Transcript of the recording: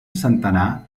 centenar